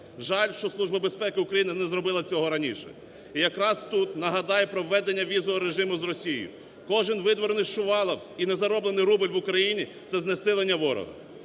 України не зробила цього раніше. І якраз тут нагадаю про введення візового режиму з Росією. Кожен витворений Шувалов і не зароблений рубель в Україні це знесилення ворога.